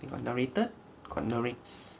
you got narrated condo rates